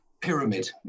pyramid